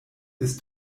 ist